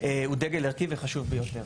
הוא דגל ערכי וחשוב ביותר.